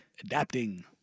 Adapting